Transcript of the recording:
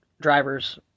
drivers